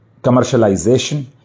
commercialization